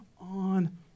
on